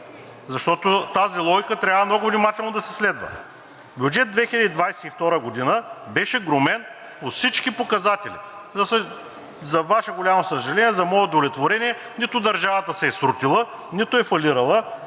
защото тази логика трябва много внимателно да се следва? Бюджет 2022 г. беше громен по всички показатели. За Ваше голямо съжаление, за мое удовлетворение, нито държавата се е срутила, нито е фалирала.